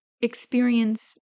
experience